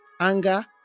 anger